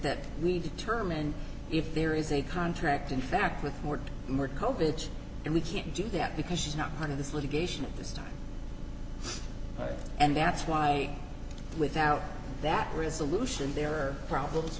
that we determine if there is a contract in fact with more more cope it and we can't do that because she's not part of this litigation at this time and that's why without that resolution there are problems